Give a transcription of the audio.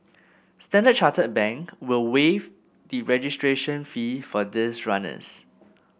Standard Chartered Bank will waive the registration fee for these runners